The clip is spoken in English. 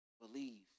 believe